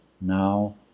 now